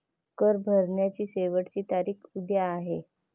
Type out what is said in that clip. कर भरण्याची शेवटची तारीख उद्या आहे